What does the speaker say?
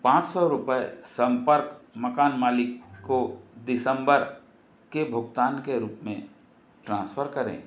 पाँच सौ रुपये संपर्क मकान मालिक को दिसंबर के भुगतान के रूप में ट्रांसफ़र करें